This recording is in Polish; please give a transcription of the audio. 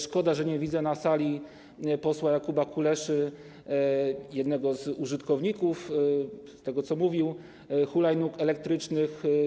Szkoda, że nie widzę na sali posła Jakuba Kuleszy, jednego z użytkowników - z tego, co mówił - hulajnóg elektrycznych.